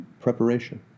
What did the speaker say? Preparation